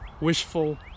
wishful